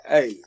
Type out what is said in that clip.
Hey